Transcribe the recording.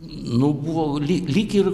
nu buvo lyg lyg ir